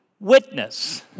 witness